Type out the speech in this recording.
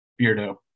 beardo